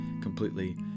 completely